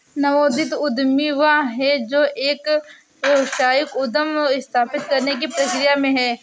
नवोदित उद्यमी वह है जो एक व्यावसायिक उद्यम स्थापित करने की प्रक्रिया में है